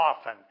often